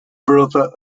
brother